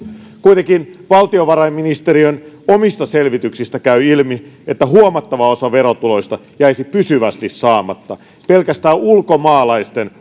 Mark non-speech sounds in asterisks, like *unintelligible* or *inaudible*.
kuitenkin valtiovarainministeriön omista selvityksistä käy ilmi että huomattava osa verotuloista jäisi pysyvästi saamatta pelkästään ulkomaalaisten *unintelligible*